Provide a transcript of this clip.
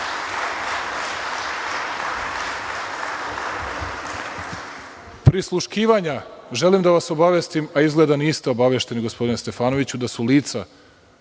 prisluškivanja, želim da vas obavestim, a izgleda da niste obavešteni gospodine Stefanoviću, da su lica